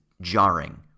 jarring